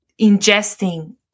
ingesting